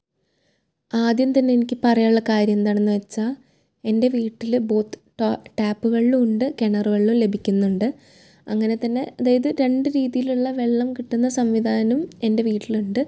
ആദ്യം തന്നെ എനിക്ക് പറയാനുള്ള കാര്യം എന്താണെന്ന് വെച്ചാൽ എൻ്റെ വീട്ടിൽ ബൂത്ത് ടാ ടാപ്പ് വെള്ളവുണ്ട് കിണർ വെള്ളം ലഭിക്കുന്നുണ്ട് അങ്ങനെ തന്നെ അതാത് രണ്ട് രീതീലുള്ള വെള്ളം കിട്ടുന്ന സംവിധാനം എൻ്റെ വീട്ടിലുണ്ട്